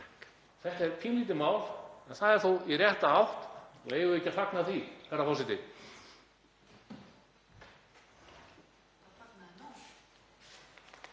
Þetta er pínulítið mál en það er þó í rétta átt og eigum við ekki að fagna því,